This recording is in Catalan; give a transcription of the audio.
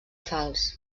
fals